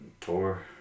tour